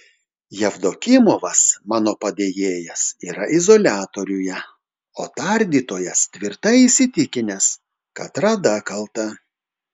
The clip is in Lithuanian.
jevdokimovas mano padėjėjas yra izoliatoriuje o tardytojas tvirtai įsitikinęs kad rada kalta